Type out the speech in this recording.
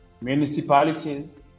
municipalities